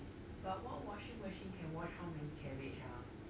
but one washing machine can wash how many cabbage ah